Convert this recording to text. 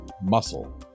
Muscle